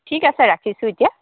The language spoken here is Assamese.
ঠিক আছে ৰাখিছোঁ এতিয়া